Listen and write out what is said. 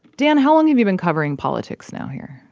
dan, how long have you been covering politics now here?